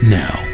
now